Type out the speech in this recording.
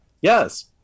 Yes